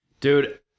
Dude